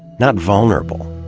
not vulnerable.